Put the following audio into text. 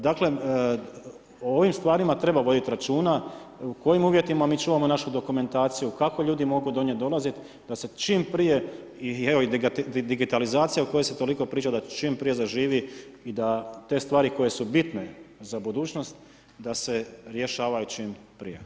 Dakle o ovim stvarima treba voditi računa, u kojim uvjetima mi čuvamo našu dokumentaciju, kako ljudi mogu do nje dolaziti da se čim prije i evo i digitalizacija o kojoj se toliko priča da čim prije zaživi i da te stvari koje su bitne za budućnost da se rješavaju čim prije.